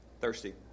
Thirsty